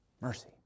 Mercy